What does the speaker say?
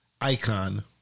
icon